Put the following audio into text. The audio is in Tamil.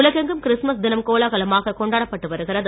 உலகெங்கும் கிறிஸ்துமஸ் தினம் கோலகலமாக கொண்டாடப்பட்டு வருகிறது